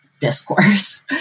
discourse